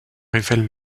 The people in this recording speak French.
révèle